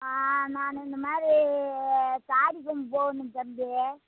ஆ நான் இந்த மாதிரி தாடிக்கொம்பு போகணும் தம்பி